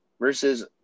versus